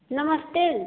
नमस्ते